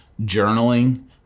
journaling